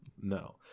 no